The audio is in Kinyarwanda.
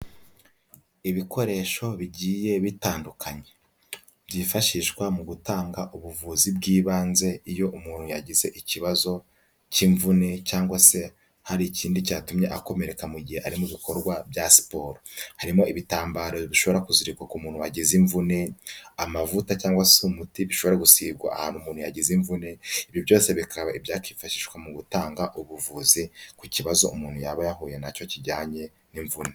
Ibikoresho bigiye bitandukanye, byifashishwa mu gutanga ubuvuzi bw'ibanze iyo umuntu yagize ikibazo cy'imvune cyangwa se hari ikindi cyatumye akomereka mu gihe ari mu bikorwa bya siporo, harimo ibitambaro dushobora kuzirikwa ku umuntu wagize imvune, amavuta cyangwa se umuti bishobora gusigwa ahantu umuntu yagize imvune, ibi byose bikaba ibyakifashishwa mu gutanga ubuvuzi ku kibazo umuntu yaba yahuye nacyo kijyanye n'imvune.